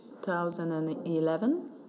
2011